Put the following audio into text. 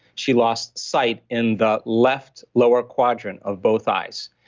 she lost sight in the left lower quadrant of both eyes.